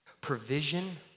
Provision